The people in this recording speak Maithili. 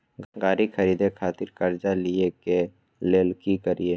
गाड़ी खरीदे खातिर कर्जा लिए के लेल की करिए?